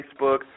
Facebook